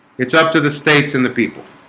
it's up to the states and the people